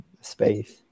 space